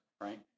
right